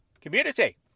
Community